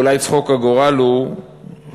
ואולי צחוק הגורל הוא שהנאצים,